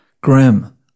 Grim